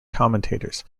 commentators